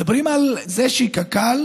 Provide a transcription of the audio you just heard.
מדברים על זה שקק"ל